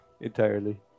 entirely